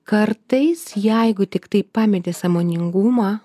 kartais jeigu tiktai pameti sąmoningumą